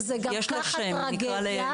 זו גם ככה טרגדיה,